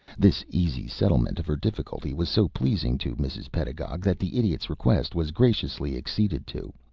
this easy settlement of her difficulty was so pleasing to mrs. pedagog that the idiot's request was graciously acceded to,